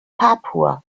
papua